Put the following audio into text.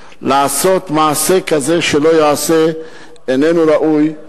לעשות מעשה כזה, שלא ייעשה, איננו ראוי,